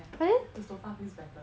the sofa feels better